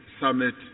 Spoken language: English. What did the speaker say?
summit